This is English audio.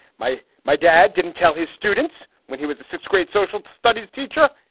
my my dad didn't tell his students when he was a sixth grade social studies teacher.